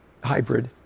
hybrid